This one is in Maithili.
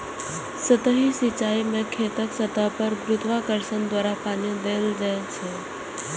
सतही सिंचाइ मे खेतक सतह पर गुरुत्वाकर्षण द्वारा पानि देल जाइ छै